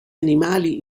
animali